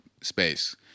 space